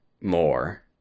more